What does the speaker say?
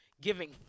giving